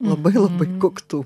labai labai koktu